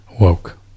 woke